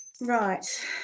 Right